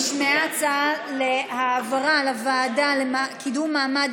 נשמעה הצעה להעברה לוועדה לקידום מעמד